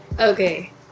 Okay